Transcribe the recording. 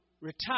retire